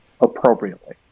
appropriately